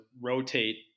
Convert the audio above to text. rotate